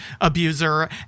abuser